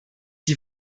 die